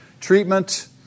treatment